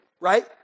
right